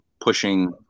pushing